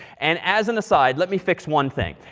and as an aside, let me fix one thing.